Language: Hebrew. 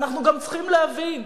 אנחנו גם צריכים להבין,